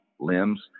Limbs